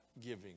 giving